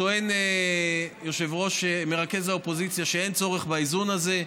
טוען מרכז האופוזיציה שאין צורך באיזון הזה,